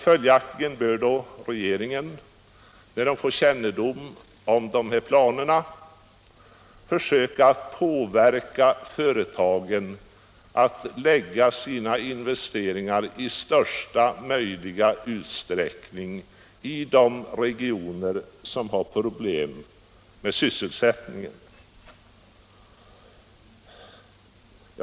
Följaktligen bör regeringen när den får kännedom om dessa planer försöka påverka företagen att i största möjliga utsträckning lägga sina investeringar i de regioner som har problem med sysselsättningen.